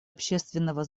общественного